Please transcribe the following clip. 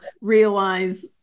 realize